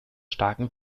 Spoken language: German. starken